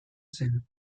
zen